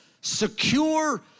secure